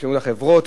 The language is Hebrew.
אפשרות לחברות.